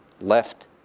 left